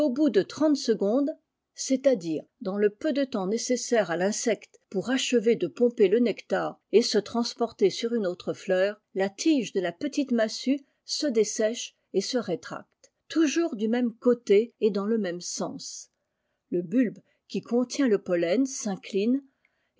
bout de trente secondes c'est-à-dire dans le peu de temps nécessaire à l'insecte pour achever de pomper le nectar et se transporter sur une autre fleur la tige de la petite massue se dessèche et se rétracte toujours du même côté et dans le même sens le bulbe qui contient le pollen